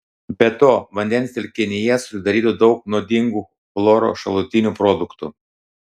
be to vandens telkinyje susidarytų daug nuodingų chloro šalutinių produktų